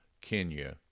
Kenya